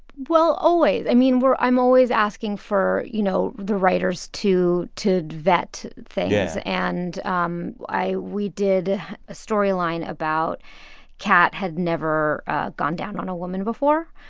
well, always. i mean, we're i'm always asking for, you know, the writers to to vet things. and um we did a storyline about kat had never gone down on a woman before.